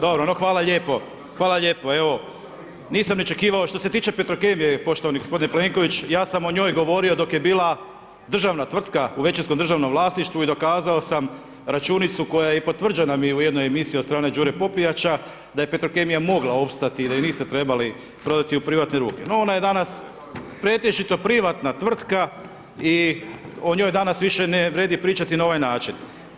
Dobro no hvala lijepo, hvala lijepo nisam ni očekivao, što se tiče Petrokemije, poštovani g, Plenković, ja sam o njoj govorio dok je bila državna tvrtka u većinskom državnom vlasništvu i dokazao računicu koja je i potvrđena mi u jednoj emisiji od strane Đure Popijača, da je Petrokemija mogla opstati jer je niste trebali predati u privatne ruke no ona je danas pretežito privatna tvrtka i o njoj danas više ne vrijedi pričati na ovaj način.